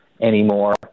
anymore